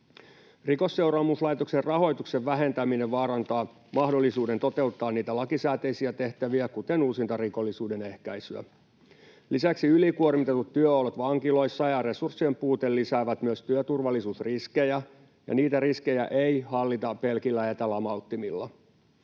Rikosseuraamuslaitoksen rahoituksen vähentäminen vaarantaa mahdollisuuden toteuttaa niitä lakisääteisiä tehtäviä, kuten uusintarikollisuuden ehkäisyä. Lisäksi ylikuormitetut työolot vankiloissa ja resurssien puute lisäävät myös työturvallisuusriskejä, ja niitä riskejä ei hallita pelkillä etälamauttimilla.